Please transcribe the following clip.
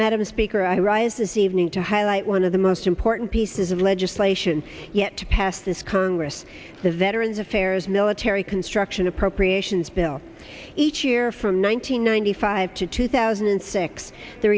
madam speaker i rise this evening to highlight one of the most important pieces of legislation yet to pass this congress the veterans affairs military construction appropriations bill each year from one thousand nine hundred five to two thousand and six the